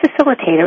facilitator